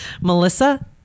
melissa